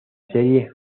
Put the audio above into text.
serie